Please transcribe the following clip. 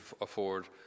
afford